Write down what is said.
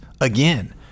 again